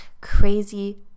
Crazy